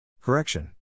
Correction